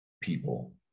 people